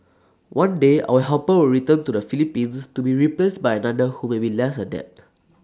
one day our helper will return to the Philippines to be replaced by another who may be less adept